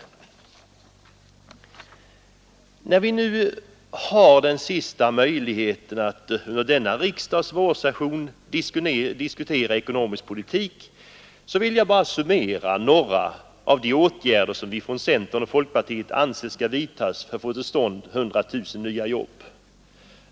Det frågas ju så ofta vad som skall göras i detta sammanhang, och när vi nu har den sista möjligheten att under denna riksdags vårsession diskutera ekonomisk politik vill jag summera några av de åtgärder som vi från centern och folkpartiet anser skall vidtagas för att få till stånd 100 000 nya jobb.